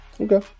okay